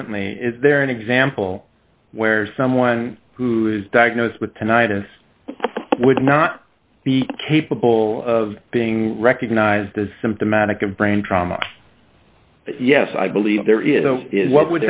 differently is there an example where someone who is diagnosed with tonight and would not be capable of being recognized as symptomatic of brain trauma yes i believe there is is what